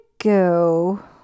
go